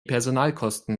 personalkosten